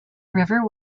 river